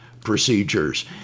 procedures